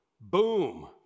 Boom